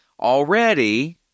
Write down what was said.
Already